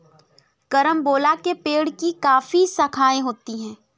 carambola के पेड़ की काफी शाखाएं होती है